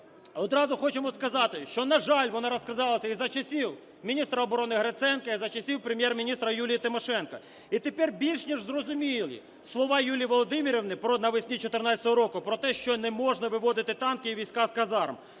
одразу хочемо сказати, що, на жаль, вона розкрадалася і за часів міністра оборони Гриценка, і за часів Прем'єр-міністра Юлії Тимошенко. І тепер більш ніж зрозумілі слова Юлії Володимирівни навесні 14-го року про те, що не можна виводити танки і війська з казарм,